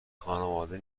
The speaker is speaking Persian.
خانواده